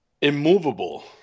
immovable